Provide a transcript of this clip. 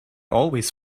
always